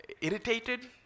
irritated